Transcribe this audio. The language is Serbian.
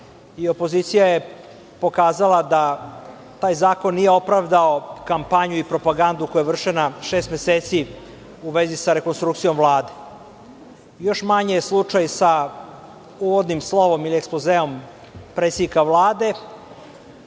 i opozicija je pokazala da taj zakon nije opravdao kampanju i propagandu koja je vršena šest meseci u vezi sa rekonstrukcijom Vlade. Još manje je slučaj sa uvodnim slovom ili ekspozeom predsednika Vlade,